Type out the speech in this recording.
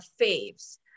faves